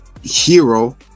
hero